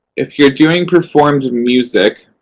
if you're doing performed music,